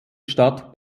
stadt